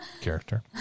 character